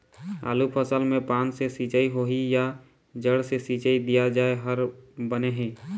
आलू फसल मे पान से सिचाई होही या जड़ से सिचाई दिया जाय हर बने हे?